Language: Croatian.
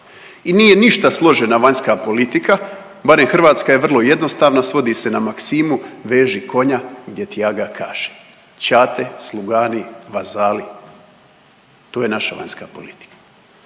I nije ništa složena vanjska politika, barem hrvatska je vrlo jednostavna, svodi se na maksimu veži konja gdje ti aga kaže. Čate, slugani, vazali, to je naša vanjska politika.